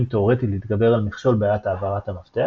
תאורטית להתגבר על מכשול בעיית העברת המפתח,